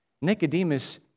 Nicodemus